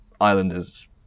islanders